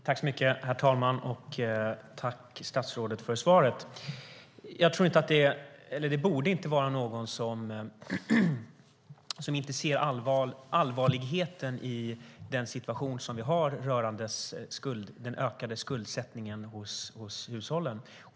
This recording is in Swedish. Herr talman! Jag tackar statsrådet för svaret. Det borde inte vara någon som inte ser allvaret i den situation som vi har rörande den ökade skuldsättningen hos hushållen.